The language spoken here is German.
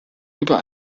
über